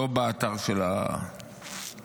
לא באתר של המסיבה.